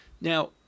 now